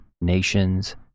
nations